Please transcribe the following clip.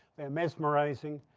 they are mesmerizing,